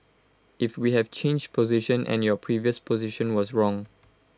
if we have changed position and your previous position was wrong